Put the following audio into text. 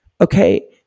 Okay